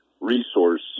resource